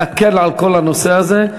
להקל על כל הנושא הזה,